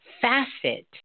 facet